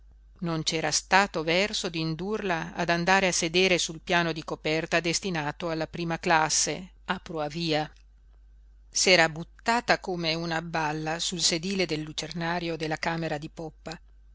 non c'era stato verso d'indurla ad andare a sedere sul piano di coperta destinato alla prima classe a pruavía s'era buttata come una balla sul sedile del lucernario della camera di poppa